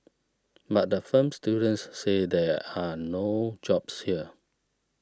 but the film students say there are no jobs here